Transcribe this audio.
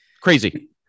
Crazy